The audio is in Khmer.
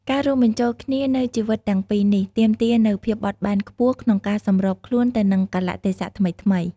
ការរួមបញ្ចូលគ្នានូវជីវិតទាំងពីរនេះទាមទារនូវភាពបត់បែនខ្ពស់ក្នុងការសម្របខ្លួនទៅនឹងកាលៈទេសៈថ្មីៗ។